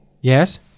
Yes